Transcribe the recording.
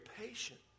patient